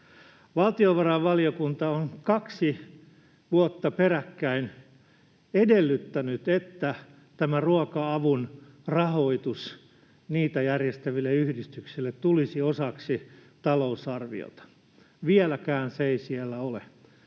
Valtiovarainvaliokunta on kaksi vuotta peräkkäin edellyttänyt, että tämä ruoka-avun rahoitus sitä järjestäville yhdistyksille tulisi osaksi talousarviota. Vieläkään se ei siellä ole.